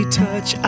touch